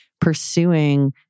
pursuing